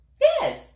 Yes